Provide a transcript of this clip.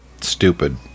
stupid